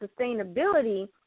sustainability